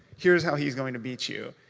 here's how he's going to beat you.